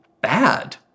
bad